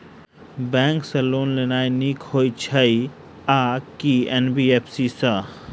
Bank सँ loan लेनाय नीक होइ छै आ की एन.बी.एफ.सी सँ?